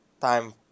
time